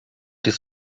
this